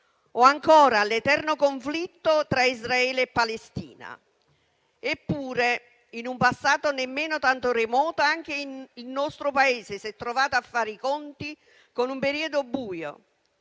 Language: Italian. o ancora all'eterno conflitto tra Israele e Palestina. Eppure, in un passato nemmeno tanto remoto, anche il nostro Paese si è trovato a fare i conti con un periodo buio,